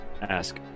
ask